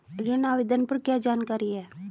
ऋण आवेदन पर क्या जानकारी है?